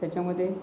त्याच्यामध्ये